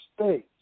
states